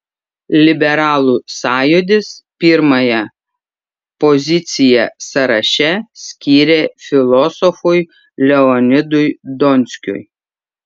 liberalų sąjūdis pirmąją poziciją sąraše skyrė filosofui leonidui donskiui